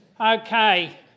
Okay